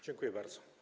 Dziękuję bardzo.